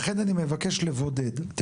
לכן אני מבקש לבודד.